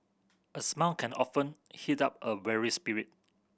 a smile can often heat up a weary spirit